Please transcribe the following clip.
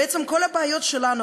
בעצם בכל הבעיות שלנו,